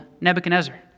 Nebuchadnezzar